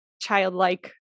childlike